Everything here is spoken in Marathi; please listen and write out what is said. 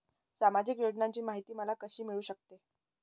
सामाजिक योजनांची माहिती मला कशी मिळू शकते?